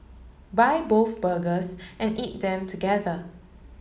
buy both burgers and eat them together